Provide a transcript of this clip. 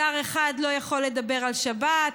שר אחד לא יכול לדבר על שבב,